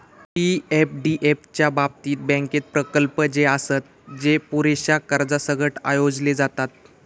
पी.एफडीएफ च्या बाबतीत, बँकेत प्रकल्प जे आसत, जे पुरेशा कर्जासकट आयोजले जातत